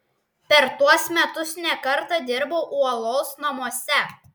per tuos metus ne kartą dirbau uolos namuose